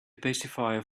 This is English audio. pacifier